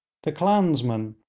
the clansmen,